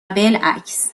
بالعکس